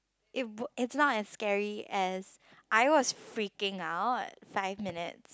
it w~ it's not as scary as I was freaking out five minutes